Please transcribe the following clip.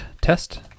test